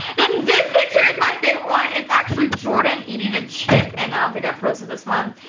then this picture is my favorite one. it's actually jordan eating a chip and i don't think i've posted this one.